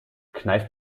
kneif